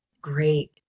great